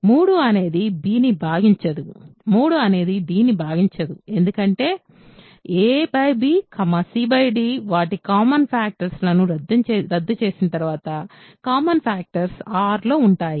3 అనేది bని భాగించదు 3 అనేది dని భాగించదు ఎందుకంటే a b c d వాటి కామన్ ఫ్యాక్టర్ లని రద్దు చేసిన తర్వాత కామన్ ఫ్యాక్టర్ R లో ఉంటాయి